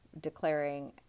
Declaring